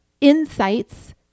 insights